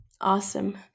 awesome